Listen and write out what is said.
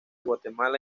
guatemala